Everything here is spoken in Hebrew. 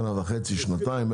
שנה וחצי שנתיים,